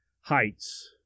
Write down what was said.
heights